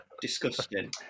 Disgusting